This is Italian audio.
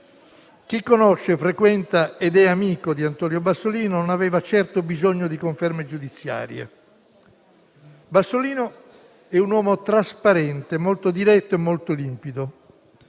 Chi conosce, frequenta ed è amico di Antonio Bassolino non aveva certo bisogno di conferme giudiziarie. Bassolino è un uomo trasparente, molto diretto e limpido;